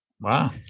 Wow